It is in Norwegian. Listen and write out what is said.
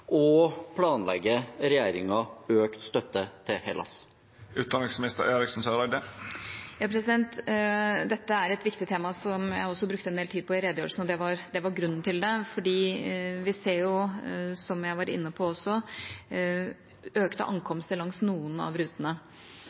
og planlegger regjeringen økt støtte til Hellas? Dette er et viktig tema, som jeg også brukte en del tid på i redegjørelsen, og det var grunn til det, for vi ser jo, som jeg også var inne på, økte ankomster langs noen av rutene.